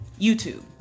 YouTube